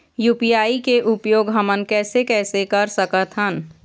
UPI के उपयोग हमन कैसे कैसे कर सकत हन?